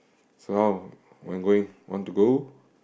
so how want going want to go